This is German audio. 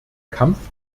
kampf